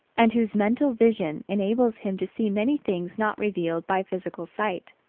and whose mental vision enables him to see many things not revealed by physical sight.